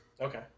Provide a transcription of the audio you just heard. Okay